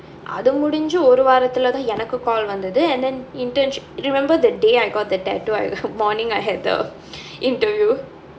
அது முடிஞ்சு ஒரு வரத்துலதான் எனக்கு:athu mudinju oru vaarathulathaan enakku call வந்துது:vanthuthu and then internship remember the day I got the tattoo morning I had the interview